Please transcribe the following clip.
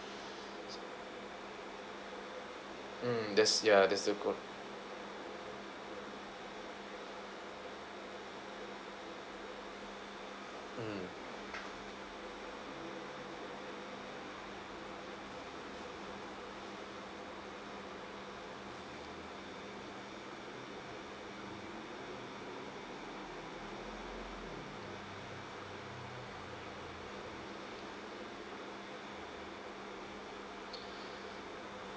mm that's ya that's a good mm